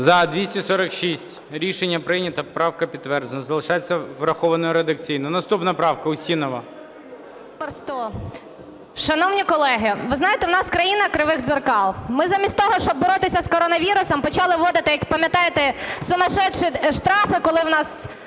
За-246 Рішення прийнято. Правка підтверджена. Залишається врахованою редакційно. Наступна правка – Устінова. 17:48:45 УСТІНОВА О.Ю. Шановні колеги, ви знаєте, в нас країна кривих дзеркал. Ми замість того, щоб боротися з коронавірусом, почали вводити, пам'ятаєте, сумасшедшие штрафи, коли в нас